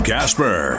Casper